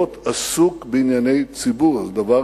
להיות עסוק בענייני ציבור, זה דבר